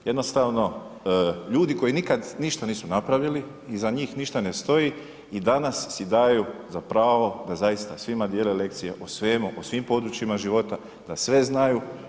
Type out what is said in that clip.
Jednostavno ljudi koji nikad ništa nisu napravili, iza njih ništa ne stoji i danas si daju za pravo da zaista svima dijele lekcije o svemu, o svim područjima života, da sve znaju.